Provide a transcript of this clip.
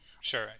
Sure